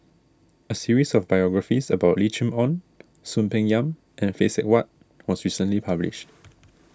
a series of biographies about Lim Chee Onn Soon Peng Yam and Phay Seng Whatt was recently published